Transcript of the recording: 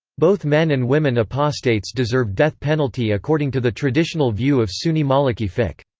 both men and women apostates deserve death penalty according to the traditional view of sunni maliki fiqh.